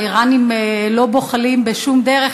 האיראנים לא בוחלים בשום דרך,